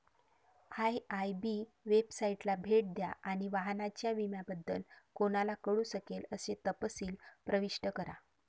IIB वेबसाइटला भेट द्या आणि वाहनाच्या विम्याबद्दल कोणाला कळू शकेल असे तपशील प्रविष्ट करा